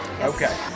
Okay